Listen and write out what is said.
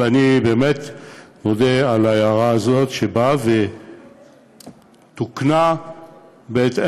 ואני באמת מודה על ההערה הזאת, וזה תוקן בהתאם,